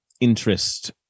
interest